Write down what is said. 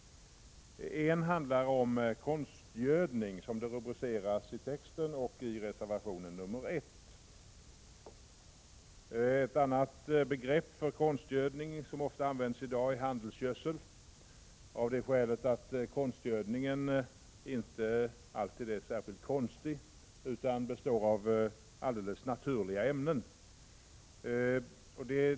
En handlar om konstgödning, som rubriken är i utskottstexten och i reservation 1. Ett annat begrepp för konstgödning som ofta används numera är handelsgödsel. Det beror på att konstgödningen inte alltid är särskilt ”konstig” utan består av alldeles naturliga ämnen.